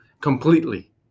completely